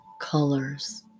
colors